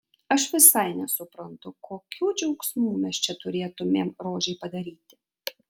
aš visai nesuprantu kokių džiaugsmų mes čia turėtumėm rožei padaryti